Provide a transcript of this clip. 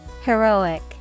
heroic